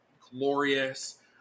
Glorious